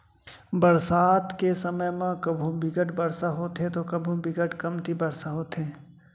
बरसात के समे म कभू बिकट बरसा होथे त कभू बिकट कमती बरसा होथे